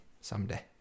someday